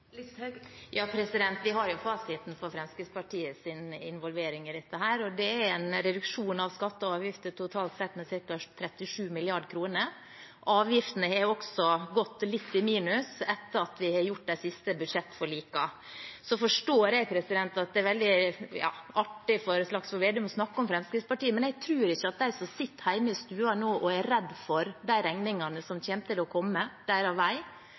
Vi har jo fasiten på Fremskrittspartiets involvering i dette, og det er en reduksjon av skatter og avgifter totalt sett med ca. 37 mrd. kr. Avgiftene har også gått litt i minus etter de siste budsjettforlikene. Så forstår jeg at det er veldig artig for Slagsvold Vedum å snakke om Fremskrittspartiet, men jeg tror ikke at de som sitter hjemme i stua nå og er redd for de regningene som kommer til å komme deres vei, synes at det er til særlig stor trøst at finansministeren er opptatt av